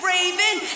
Raven